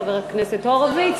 חבר הכנסת הורוביץ,